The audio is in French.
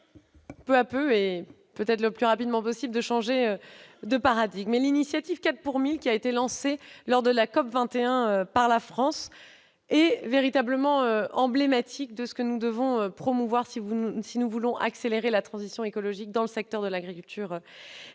peu à peu, mais le plus rapidement possible -, de changer de paradigme. L'initiative « 4 pour 1000 », lancée lors de la COP21 par la France, est véritablement emblématique de ce que nous devons promouvoir pour accélérer la transition écologique dans le secteur de l'agriculture.